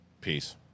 Peace